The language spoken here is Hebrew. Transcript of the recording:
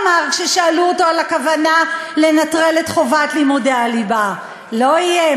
הוא אמר כששאלו אותו על הכוונה לנטרל את חובת לימודי הליבה: לא יהיה.